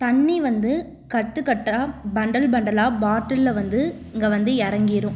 தண்ணி வந்து கட்டு கட்டாக பண்டல் பண்டலாக பாட்டிலில் வந்து இங்கே வந்து இறங்கிரும்